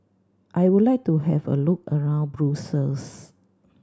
I would like to have a look around Brussels